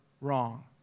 wrong